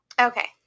okay